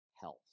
health